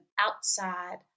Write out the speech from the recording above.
outside